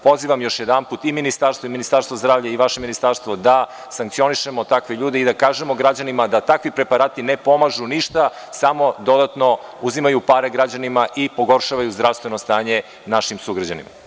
Pozivam još jedanput i Ministarstvo zdravlja i vaše Ministarstvo da sankcionišemo takve ljude i da kažemo građanima da takvi preparati ne pomažu ništa, samo dodatno uzimaju pare građanima i pogoršavaju zdravstveno stanje našim sugrađanima.